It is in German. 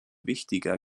wichtiger